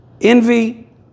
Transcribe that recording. envy